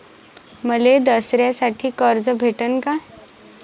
मले दसऱ्यासाठी कर्ज भेटन का?